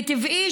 וטבעי